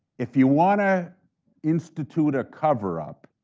if you want to institute a cover-up,